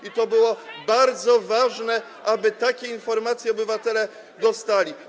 I to było bardzo ważne, aby takie informacje obywatele dostali.